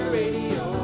radio